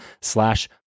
slash